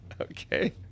Okay